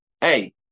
Hey